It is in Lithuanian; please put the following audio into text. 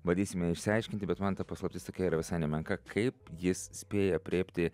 bandysime išsiaiškinti bet man ta paslaptis tokia yra visai nemenka kaip jis spėja aprėpti